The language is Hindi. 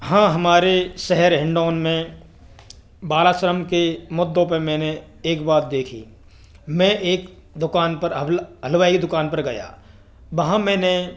हाँ हमारे शहर हिन्नोंन में बालश्रम के मुद्दों पर मैंने एक बात देखी में एक दुकान पर हलवाई की दुकान पर गया वहाँ मैंने